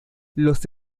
los